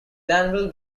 danville